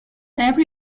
every